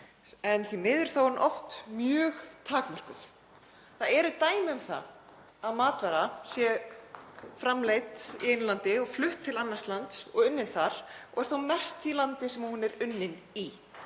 en því miður er hún oft mjög takmörkuð. Það eru dæmi um að matvara sé framleidd í einu landi og flutt til annars lands og unnin þar og er þá merkt því landi sem hún er unnin í.